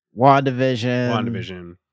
Wandavision